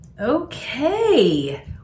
okay